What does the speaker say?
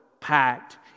packed